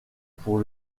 pour